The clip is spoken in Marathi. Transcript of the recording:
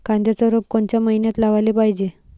कांद्याचं रोप कोनच्या मइन्यात लावाले पायजे?